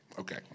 okay